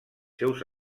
seus